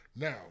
Now